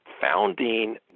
founding